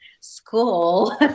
school